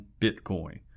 Bitcoin